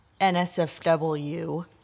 nsfw